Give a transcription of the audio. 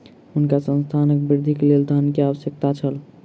हुनका संस्थानक वृद्धिक लेल धन के आवश्यकता छल